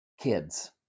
Kids